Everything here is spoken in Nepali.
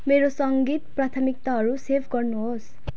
मेरो सङ्गीत प्राथमिकताहरू सेभ गर्नुहोस्